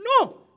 No